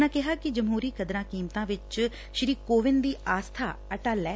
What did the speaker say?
ਉਨ੍ਹਾਂ ਕਿਹਾਂ ਕਿ ਜਮਹੂਰੀ ਕਦਰਾਂ ਕੀਮਤਾਂ ਵਿਚ ਸ੍ਰੀ ਕੋਵਿੰਦ ਦੀ ਆਸਬਾ ਅਟੱਲ ਐ